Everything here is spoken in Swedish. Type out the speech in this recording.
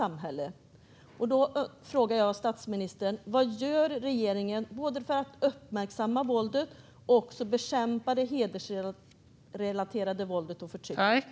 Därför vill jag fråga statsministern: Vad gör regeringen för att uppmärksamma våldet och för att bekämpa det hedersrelaterade våldet och förtrycket?